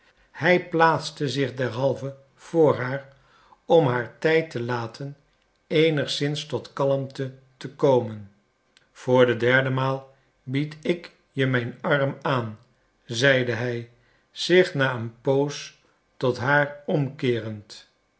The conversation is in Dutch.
hij plaatste zich derhalve voor haar om haar tijd te laten eenigszins tot kalmte te komen voor de derde maal bied ik je mijn arm aan zeide hij zich na een poos tot haar omkeerend